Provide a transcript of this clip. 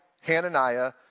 Hananiah